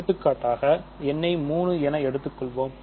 எடுத்துக்காட்டாக n ஐ 3 ஆக எடுத்துக் கொள்வோம்